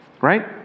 right